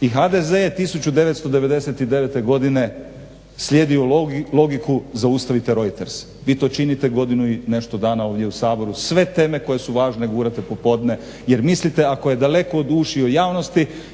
i HDZ je 1999. godine slijedio logiku zaustavite Reuters, vi to činite godinu i nešto dana ovdje u Saboru, sve teme koje su važne gurate popodne jer mislite ako je daleko od ušiju javnosti